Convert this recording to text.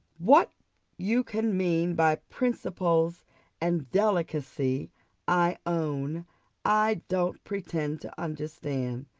what you can mean by principles and delicacy i own i don't pretend to understand,